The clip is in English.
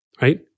right